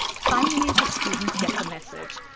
finally, the students get the message.